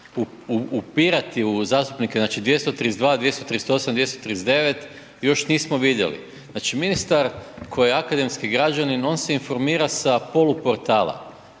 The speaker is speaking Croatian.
upirati u zastupnike, znači 232., 238., 239. još nismo vidjeli. Znači, ministar koji je akademski građanin on se informira sa poluportala,